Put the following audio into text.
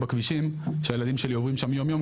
בכבישים שהילדים שלי עוברים שם יום יום,